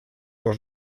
were